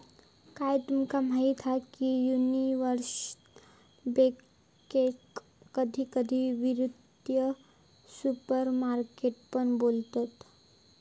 काय तुमका माहीत हा की युनिवर्सल बॅन्केक कधी कधी वित्तीय सुपरमार्केट पण बोलतत